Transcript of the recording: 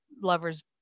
lover's